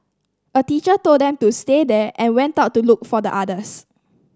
a teacher told them to stay there and went out to look for the others